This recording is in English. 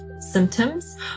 symptoms